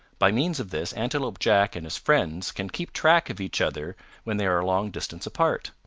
by means of this antelope jack and his friends can keep track of each other when they are a long distance apart.